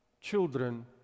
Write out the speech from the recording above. children